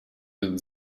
den